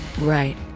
Right